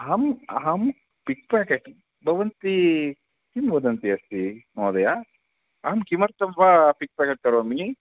अहम् अहं pickpocket भवन्ती किं वदन्ती अस्ति महोदया अहं किमर्तं वा पिक् पेकेट् करोमि